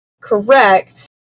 correct